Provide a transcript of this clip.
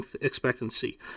expectancy